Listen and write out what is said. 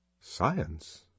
Science